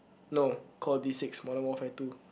no call the six Modern Warfare two